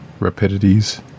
Rapidities